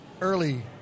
early